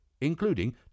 including